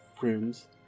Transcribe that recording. rooms